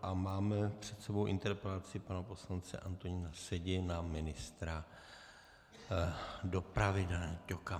A máme před sebou interpelaci pana poslance Antonína Sedi na ministra dopravy Dana Ťoka.